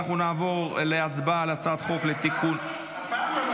נעבור להצבעה על הצעת חוק לתיקון ולהארכת